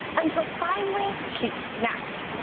until finally she snapped.